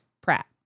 Pratt